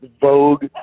vogue